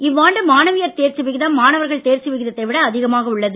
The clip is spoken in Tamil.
இவ்வாண்டு மாணவியர் தேர்ச்சி விகிதம் மாணவர்கள் தேர்ச்சி விகிதத்தை விட அதிகமாக உள்ளது